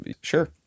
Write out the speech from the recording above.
Sure